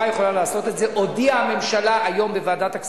להשתלם בעד ההלוואה.